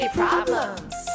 problems